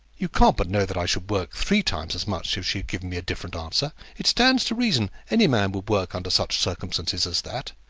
you can't but know that i should work three times as much if she had given me a different answer. it stands to reason any man would work under such circumstances as that.